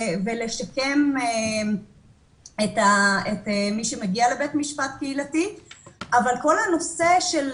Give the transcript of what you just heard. ולשקם את מי שמגיע לבית המשפט הקהילתי אבל כל הנושא של